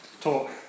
talk